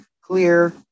clear